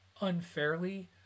unfairly